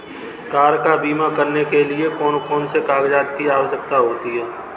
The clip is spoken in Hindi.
कार का बीमा करने के लिए कौन कौन से कागजात की आवश्यकता होती है?